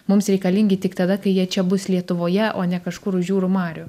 mums reikalingi tik tada kai jie čia bus lietuvoje o ne kažkur už jūrų marių